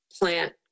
plant